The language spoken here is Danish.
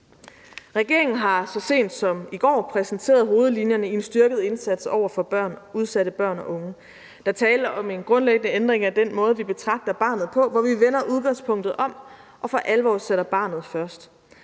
Regeringen har så sent som i går præsenteret hovedlinjerne i en styrket indsats over for udsatte børn og unge. Der er tale om en grundlæggende ændring af den måde, vi betragter barnet på, hvor vi vender udgangspunktet om og for alvor sætter barnet først.